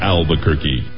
Albuquerque